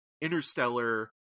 Interstellar